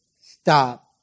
stop